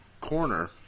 corner